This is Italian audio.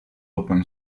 open